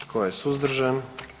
Tko je suzdržan?